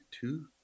Two